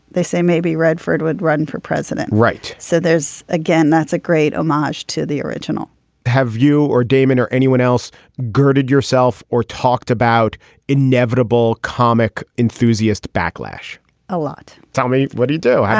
they say maybe redford would run for president. right. so there's again that's a great march to the original have you or damon or anyone else girded yourself or talked about inevitable comic enthusiast backlash a lot. tell me what do you do.